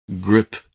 Grip